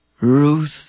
Ruth